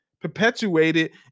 perpetuated